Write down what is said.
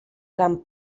gran